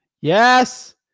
Yes